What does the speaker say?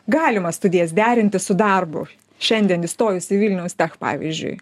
galima studijas derinti su darbu šiandien įstojus į vilniaus tech pavyzdžiui